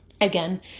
Again